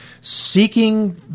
seeking